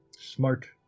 smart